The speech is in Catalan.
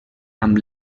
amb